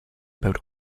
about